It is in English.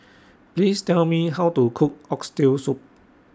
Please Tell Me How to Cook Oxtail Soup